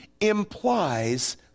implies